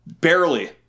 Barely